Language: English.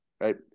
Right